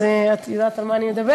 אז את יודעת על מה אני מדברת,